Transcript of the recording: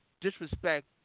disrespect